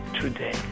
today